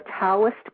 taoist